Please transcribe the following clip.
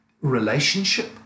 relationship